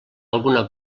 alguna